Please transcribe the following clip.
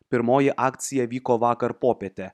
pirmoji akcija vyko vakar popietę